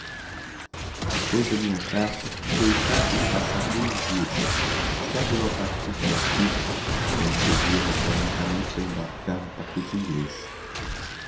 depois da minha carta tu deixaste de passar dois dias estava eu a partir para aqui donde devia voltar unicamente para embarcar no paquete inglês